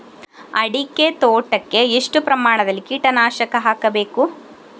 ಅಡಿಕೆ ತೋಟಕ್ಕೆ ಎಷ್ಟು ಪ್ರಮಾಣದಲ್ಲಿ ಕೀಟನಾಶಕ ಹಾಕಬೇಕು?